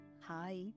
hi